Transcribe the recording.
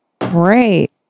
Great